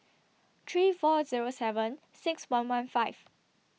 three four Zero seven six one one five